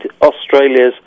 Australia's